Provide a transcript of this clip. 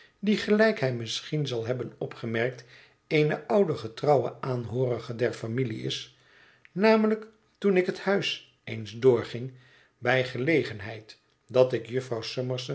die gelijk hij misschien zal hebben opgemerkt eene oude getrouwe aanhoorige der familie is namelijk toen ik het huis eens doorging bij gelegenheid dat ik